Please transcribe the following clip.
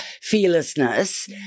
fearlessness